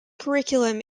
curriculum